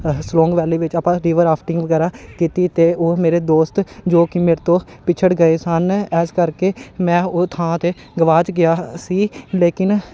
Solang valley ਵਿੱਚ ਆਪਾਂ river rafting ਵਗੈਰਾ ਕੀਤੀ ਅਤੇ ਉਹ ਮੇਰੇ ਦੋਸਤ ਜੋ ਕਿ ਮੇਰੇ ਤੋਂ ਪਿਛੜ ਗਏ ਸਨ ਇਸ ਕਰਕੇ ਮੈਂ ਉਹ ਥਾਂ 'ਤੇ ਗਵਾਚ ਗਿਆ ਸੀ ਲੇਕਿਨ